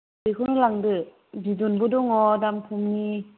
बेखौनो लांदो बिदनबो दङ दाम खमनि